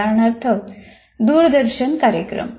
उदाहरणार्थ दूरदर्शन कार्यक्रम